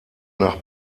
nach